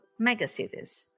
megacities